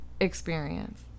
experience